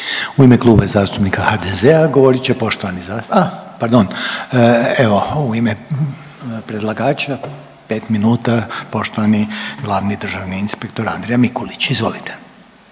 U ime Kluba zastupnika HDZ-a, govorit će poštovani .../nerazumljivo/... a pardon, evo, u ime predlagača, 5 minuta, poštovani glavni državni inspektor, Andrija Mikulić, izvolite.